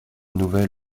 nouvelle